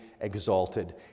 exalted